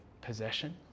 possession